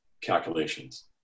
calculations